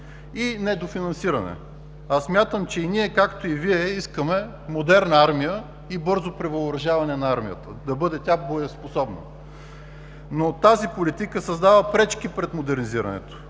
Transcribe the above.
и недофинансиране. Смятам, че ние, както и Вие, искаме модерна армия и бързо превъоръжаване на армията – да бъде боеспособна. Но тази политика създава пречки пред модернизирането.